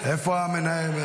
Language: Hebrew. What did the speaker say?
איפה המנהל?